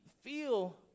feel